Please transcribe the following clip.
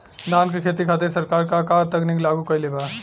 धान क खेती खातिर सरकार का का तकनीक लागू कईले बा?